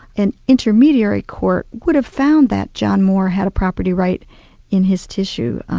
an intermediary court would have found that john moore had a property right in his tissue